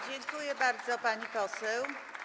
Dziękuję bardzo, pani poseł.